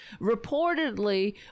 reportedly